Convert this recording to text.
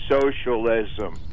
socialism